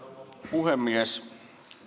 puhemies